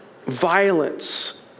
violence